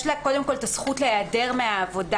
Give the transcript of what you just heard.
יש לה קודם כל את הזכות להיעדר מהעבודה